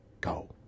go